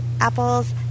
apples